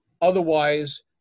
Otherwise